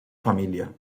familia